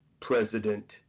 president